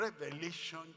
Revelation